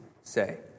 say